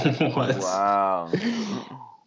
Wow